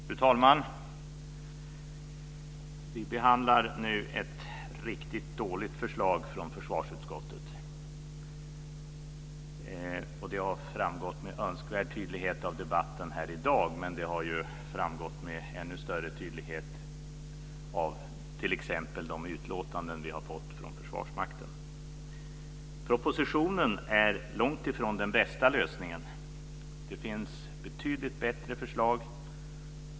Fru talman! Vi behandlar nu ett riktigt dåligt förslag från försvarsutskottet. Det har framgått med önskvärd tydlighet av debatten här i dag, men det har framgått med ännu större tydlighet av t.ex. de utlåtanden som vi har fått från Försvarsmakten. Propositionen är långt ifrån den bästa lösningen. Det finns betydligt bättre förslag.